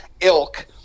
Ilk